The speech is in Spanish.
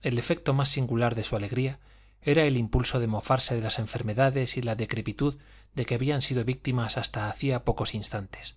el efecto más singular de su alegría era el impulso de mofarse de las enfermedades y la decrepitud de que habían sido víctimas hasta hacía pocos instantes